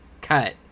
cut